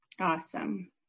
Awesome